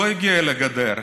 לא הגיע אל הגדר,